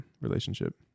relationship